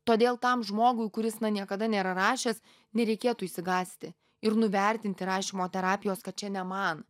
todėl tam žmogui kuris niekada nėra rašęs nereikėtų išsigąsti ir nuvertinti rašymo terapijos kad čia ne man